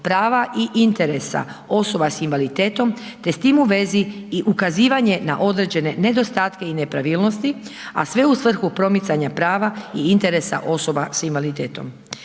prava i interesa osoba s invaliditetom te s tim u vezi i ukazivanje na određene nedostatke i nepravilnosti, a sve u svrhu promicanja prava i interesa osoba s invaliditetom.